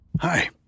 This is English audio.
Hi